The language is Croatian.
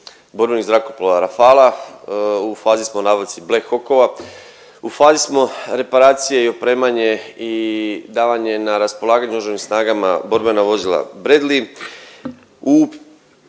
borbenih zrakoplova Rafala. U fazi smo nabavci black hokova. U fazi smo reparacije i opremanje i davanje na raspolaganje Oružanim snagama borbena vozila Bradley.